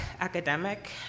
academic